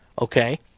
okay